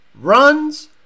runs